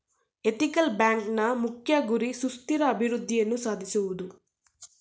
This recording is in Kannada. ಎಥಿಕಲ್ ಬ್ಯಾಂಕ್ನ ಮುಖ್ಯ ಗುರಿ ಸುಸ್ಥಿರ ಅಭಿವೃದ್ಧಿಯನ್ನು ಸಾಧಿಸುವುದು